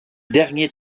dernier